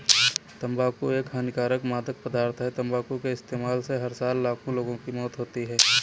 तंबाकू एक हानिकारक मादक पदार्थ है, तंबाकू के इस्तेमाल से हर साल लाखों लोगों की मौत होती है